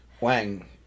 Wang